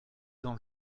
dans